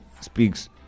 speaks